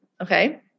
Okay